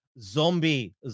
zombie